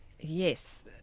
Yes